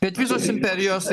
bet visos imperijos